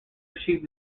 achieved